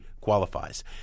qualifies